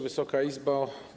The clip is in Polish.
Wysoka Izbo!